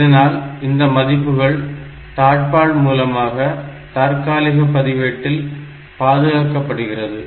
இதனால் இந்த மதிப்புகள் தாழ்பாள் மூலமாக தற்காலிக பதிவேட்டில் பாதுகாக்கப்படுகிறது